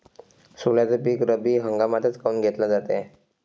सोल्याचं पीक रब्बी हंगामातच काऊन घेतलं जाते?